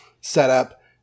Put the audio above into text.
setup